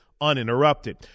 uninterrupted